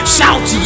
Shout